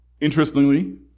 Interestingly